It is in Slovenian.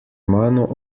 mano